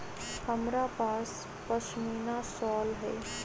हमरा पास पशमीना शॉल हई